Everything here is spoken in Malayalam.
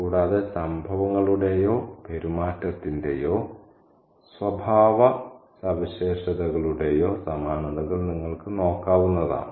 കൂടാതെ സംഭവങ്ങളുടെയോ പെരുമാറ്റത്തിന്റെയോ സ്വഭാവസവിശേഷതകളുടേയോ സമാനതകൾ നിങ്ങൾക്ക് നോക്കാവുന്നതാണ്